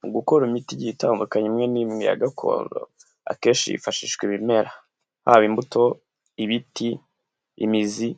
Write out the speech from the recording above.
Mu gukora imiti igiye itandukanye imwe n'imwe ya gakondo, akenshi hifashishwa ibimera, haba imbuto, ibiti, imizi